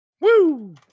Woo